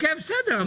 כן, כן, בסדר.